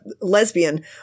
Lesbian